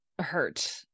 hurt